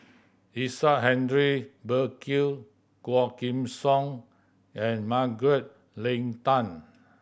Isaac Henry Burkill Quah Kim Song and Margaret Leng Tan